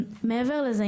מעבר לזה,